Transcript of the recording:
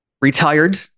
retired